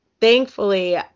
thankfully